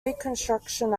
reconstruction